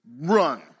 run